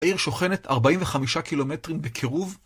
העיר שוכנת 45 קילומטרים בקירוב